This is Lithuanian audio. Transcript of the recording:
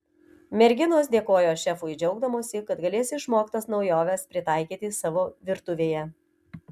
merginos dėkojo šefui džiaugdamosi kad galės išmoktas naujoves pritaikyti savo virtuvėje